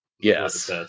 Yes